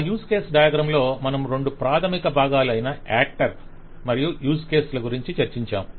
ఆ use case diagram లో మనం రెండు ప్రాధమిక భాగాలు అయిన యాక్టర్ మరియు యూజ్ కేస్ గురించి చర్చించాం